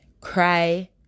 cry